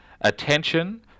attention